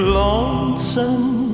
lonesome